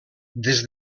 des